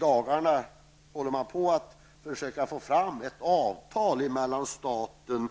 I dagarna försöker man att få till stånd ett avtal mellan staten,